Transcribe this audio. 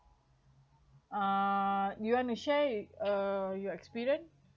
uh you want to share uh your experience